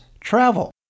travel